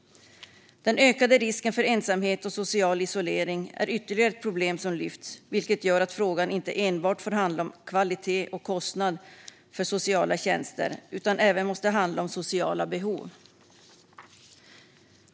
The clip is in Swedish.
Den ökade risken för ensamhet och social isolering är ytterligare ett problem som lyfts fram. Det gör att frågan inte enbart får handla om kvalitet och kostnad för sociala tjänster utan även måste handla om sociala behov.